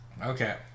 Okay